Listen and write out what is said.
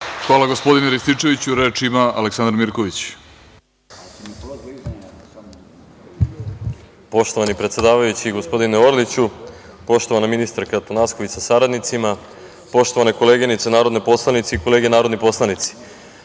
Aleksandar Mirković. **Aleksandar Mirković** Poštovani predsedavajući, gospodine Orliću, poštovani ministre Atanasković sa saradnicima, poštovane koleginice narodne poslanice i kolege narodni poslanici,